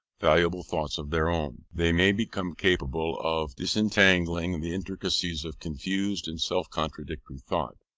valuable thoughts of their own. they may become capable of disentangling the intricacies of confused and self-contradictory thought,